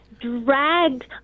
dragged